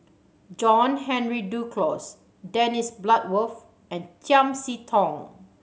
John Henry Duclos Dennis Bloodworth and Chiam See Tong